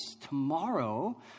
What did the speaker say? tomorrow